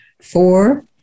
Four